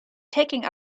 taking